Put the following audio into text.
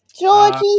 Georgie